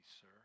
sir